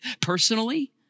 personally